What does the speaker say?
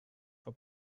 for